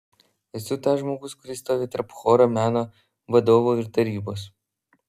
esu tas žmogus kuris stovi tarp choro meno vadovo ir tarybos